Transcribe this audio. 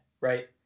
right